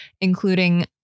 including